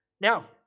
Now